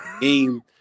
game